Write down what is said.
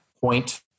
point